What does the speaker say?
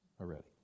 already